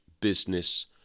business